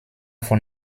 von